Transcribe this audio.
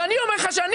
ואני אומר לך שאני